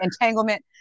entanglement